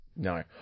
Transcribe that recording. No